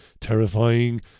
Terrifying